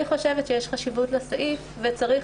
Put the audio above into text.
אני חושבת שיש חשיבות לסעיף וצריך